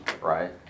right